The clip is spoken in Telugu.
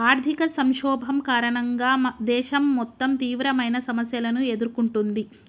ఆర్థిక సంక్షోభం కారణంగా దేశం మొత్తం తీవ్రమైన సమస్యలను ఎదుర్కొంటుంది